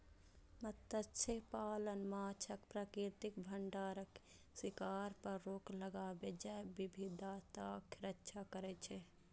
मत्स्यपालन माछक प्राकृतिक भंडारक शिकार पर रोक लगाके जैव विविधताक रक्षा करै छै